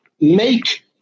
make